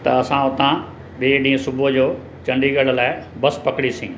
त असां उतां ॿिए ॾींहुं सुबुह जो चंडीगढ़ लाइ बसि पकिड़ीसीं